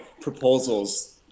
proposals